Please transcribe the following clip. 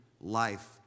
life